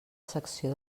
secció